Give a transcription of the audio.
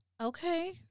Okay